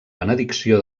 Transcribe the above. benedicció